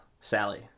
Sally